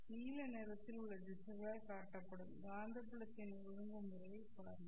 நீல நிறத்தில் உள்ள திசைகளால் காட்டப்படும் காந்தப்புலத்தின் ஒழுங்குமுறையைப் பாருங்கள்